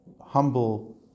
humble